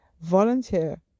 Volunteer